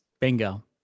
Bingo